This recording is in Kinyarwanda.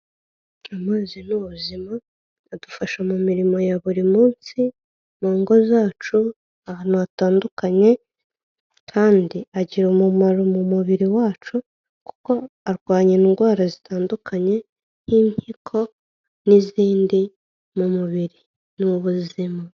Amazi ni ubuzima adufasha mu mirimo ya buri munsi mu ngo zacu ahantu hatandukanye kandi agira umumaro mu mubiri wacu, kuko arwanya indwara zitandukanye nk'impyiko n'izindi mu mubiri ni ubuzima.